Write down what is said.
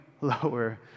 lower